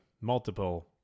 multiple